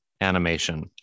animation